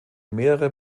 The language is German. mehrere